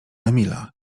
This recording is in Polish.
emila